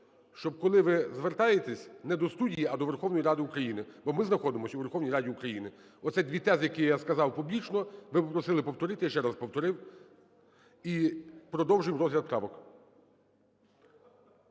щоб коли ви звертаєтесь, не до студії, а до Верховної Ради України, бо ми знаходимось у Верховній Раді України. Оце дві тези, які я сказав публічно, ви попросили повторити, я ще раз повторив. І продовжимо розгляд правок.